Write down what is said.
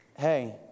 hey